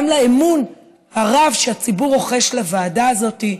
גם לאמון הרב שהציבור רוחש לוועדה הזאת,